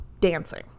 dancing